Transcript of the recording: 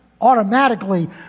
automatically